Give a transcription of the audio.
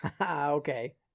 Okay